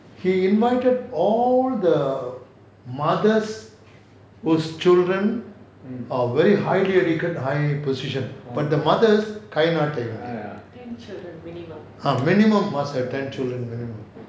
he invited all the mothers whose children are very highly educated high position but the mothers கரைநாட்டுங்க:karainaatunga ah minimum must have ten children minimum